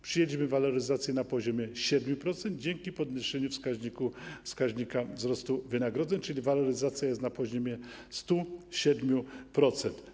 Przyjęliśmy waloryzację na poziomie 7% dzięki podniesieniu wskaźnika wzrostu wynagrodzeń, czyli waloryzacja jest na poziomie 107%.